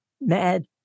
Mad